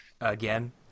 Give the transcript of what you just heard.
again